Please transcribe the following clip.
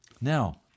Now